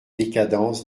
décadence